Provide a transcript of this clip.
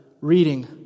reading